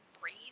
breathe